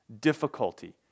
Difficulty